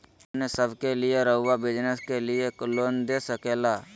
हमने सब के लिए रहुआ बिजनेस के लिए लोन दे सके ला?